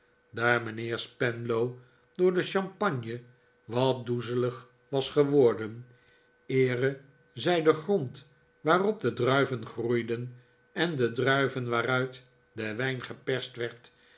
daar mijnheer spenlow door de champagne wat doezelig was geworden eere zij den grond waarop de druiven groeiden en de druiven waaruit de wijn geperst werd